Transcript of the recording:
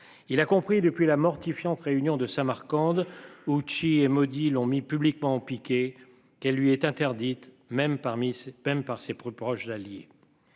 il a compris depuis la mortifiante réunion de Samarcande. Ouchy et maudit l'ont mis publiquement en piqué qu'elle lui est interdite, même parmi même par ses plus